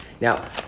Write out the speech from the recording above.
Now